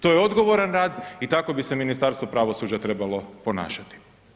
To je odgovoran rad i tako bi se Ministarstvo pravosuđa trebalo ponašati.